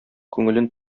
күңелен